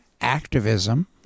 activism